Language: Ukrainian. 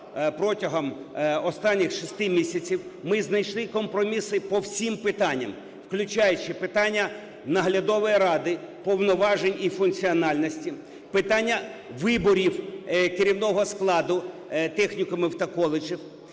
протягом останніх 6 місяців, ми знайшли компроміси по всім питанням, включаючи питання наглядової ради, повноважень і функціональності, питання виборів керівного складу технікумів та коледжів,